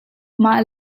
mah